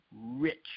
rich